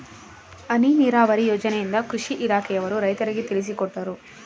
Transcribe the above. ಹನಿ ನೀರಾವರಿ ಯೋಜನೆಯಿಂದ ಕೃಷಿ ಇಲಾಖೆಯವರು ರೈತರಿಗೆ ತಿಳಿಸಿಕೊಟ್ಟರು